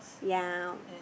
ya